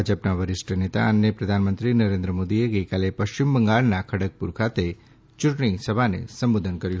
ભાજપના વરિષ્ઠ નેતા અને પ્રધાનમંત્રી નરેન્દ્ર મોદીએ ગઈકાલે પશ્ચિમ બંગાળના ખડગપુર ખાતે ચૂંટણી સભાને સંબોધન કર્યું